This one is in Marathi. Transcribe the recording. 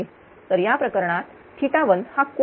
तर या प्रकरणात 1 हा कोन आहे